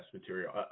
material